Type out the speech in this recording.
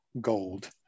gold